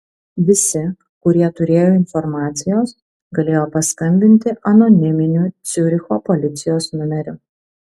visi kurie turėjo informacijos galėjo paskambinti anoniminiu ciuricho policijos numeriu